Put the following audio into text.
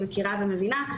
מכירה ומבינה,